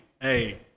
hey